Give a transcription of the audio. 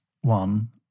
one